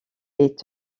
est